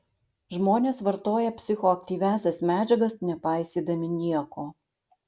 žmonės vartoja psichoaktyviąsias medžiagas nepaisydami nieko